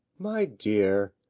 my dear,